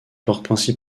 portent